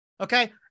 Okay